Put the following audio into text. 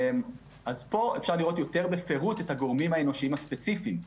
פה אפשר לראות יותר בפירוט את הגורמים האנושיים הספציפיים.